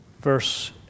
Verse